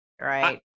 Right